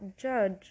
judge